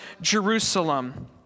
Jerusalem